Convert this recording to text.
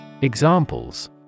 Examples